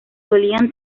solían